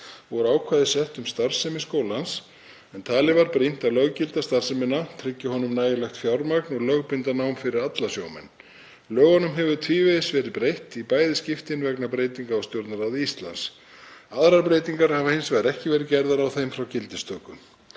voru ákvæði sett um starfsemi skólans en talið var brýnt að löggilda starfsemina, tryggja honum nægjanlegt fjármagn og lögbinda nám fyrir alla sjómenn. Lögunum hefur tvívegis verið breytt vegna breytinga á Stjórnarráði Íslands. Aðrar breytingar hafa hins vegar ekki verið gerðar á þeim frá gildistöku.